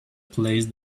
placed